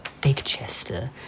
Bigchester